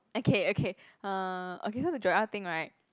okay okay uh okay so the Joel thing right